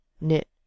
Knit